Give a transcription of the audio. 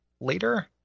later